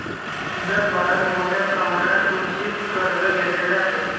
जगभरात मोठ्या प्रमाणात सुरक्षित कर्ज घेतले जाते